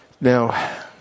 Now